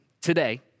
today